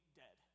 dead